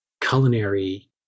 culinary